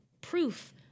Proof